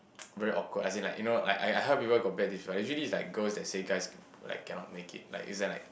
very awkward as in like you know I I heard people got bad usually it's like girls they say guys like cannot make it like is and like